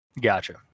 Gotcha